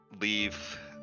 leave